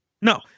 No